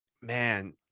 man